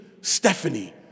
Stephanie